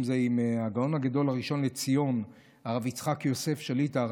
אם זה עם הגאון הגדול לראשון לציון הרב יצחק יוסף שליט"א,